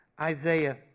Isaiah